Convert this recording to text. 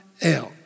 else